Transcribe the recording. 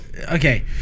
okay